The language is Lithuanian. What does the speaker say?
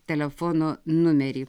telefono numerį